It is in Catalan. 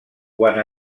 quan